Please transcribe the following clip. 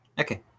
Okay